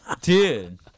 Dude